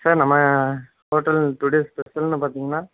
sir நம்ம hotel today ஸ்பெஷல்னு பார்த்தீங்கன்னா